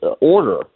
order